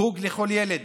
חוג לכל ילד,